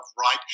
right